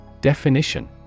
Definition